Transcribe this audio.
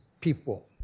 people